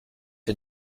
est